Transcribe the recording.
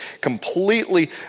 completely